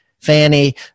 Fanny